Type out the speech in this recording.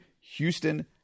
Houston